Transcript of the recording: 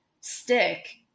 stick